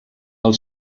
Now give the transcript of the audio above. pel